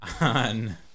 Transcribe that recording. on